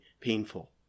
painful